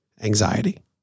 anxiety